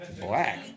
Black